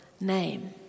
name